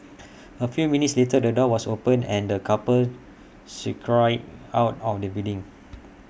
A few minutes later the door was opened and the couple scurried out of the building